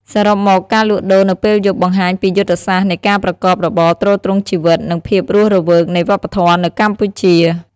សរុបមក ការលក់ដូរនៅពេលយប់បង្ហាញពីយុទ្ធសាស្ត្រនៃការប្រកបរបរទ្រទ្រង់ជីវិត និងភាពរស់រវើកនៃវប្បធម៌នៅកម្ពុជា។